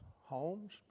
homes